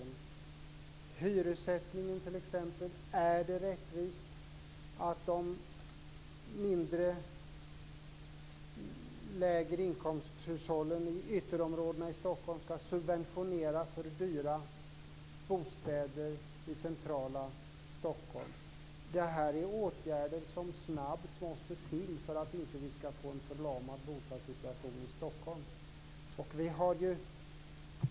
När det t.ex. gäller hyressättningen undrar jag om det är rättvist att hushållen med lägre inkomster i ytterområdena i Stockholm ska subventionera dyra bostäder i centrala Stockholm. Det här är åtgärder som snabbt måste till för att vi inte ska få en förlamad bostadssituation i Stockholm.